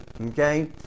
okay